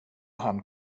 han